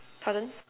pardon